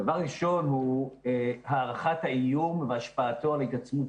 דבר ראשון הוא הערכת האיום והשפעתו על התעצמות